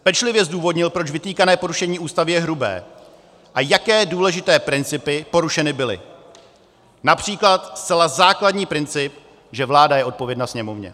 Pečlivě zdůvodnil, proč vytýkané porušení Ústavy je hrubé a jaké důležité principy porušeny byly, např. zcela základní princip, že vláda je odpovědna Sněmovně.